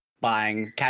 buying